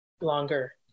longer